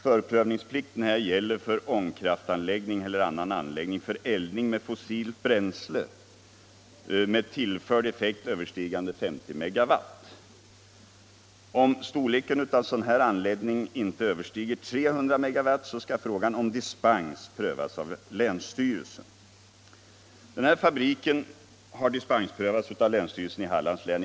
Förprövningsplikt gäller för ångkraftanläggning eller annan anläggning för eldning med fossilt bränsle med en tillförd effekt överstigande 50 megawaltt. Om storleken av anläggningen inte överstiger 200 megawatt skall frågan om dispens prövas av länsstyrelsen. Den här fabriken har dispensprövats av länsstyrelsen i Hallands län.